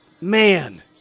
man